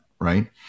right